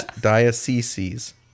dioceses